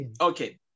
okay